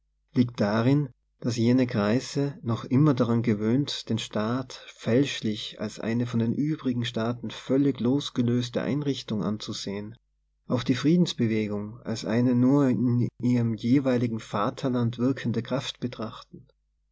liegt darin daß jene kreise noch immer daran gewöhnt den staat fälschlich als eine von den übrigen staaten völlig los gelöste einrichtung anzusehen auch die friedensbewe gungals eine nur in ihrem jeweiligen vaterland wirkende kraft betrachten